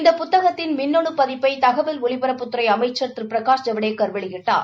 இந்த புத்தகத்தின் மின்னனு பதிப்பை தகவல் ஒலிபரப்புத்துறை அமைச்சர் திரு பிரகாஷ் ஜவடேக்கர் வெளியிட்டார்